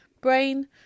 brain